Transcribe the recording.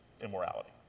immorality